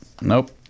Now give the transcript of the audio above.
Nope